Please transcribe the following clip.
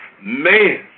Man